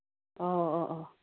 ꯑꯣ ꯑꯣ ꯑꯣ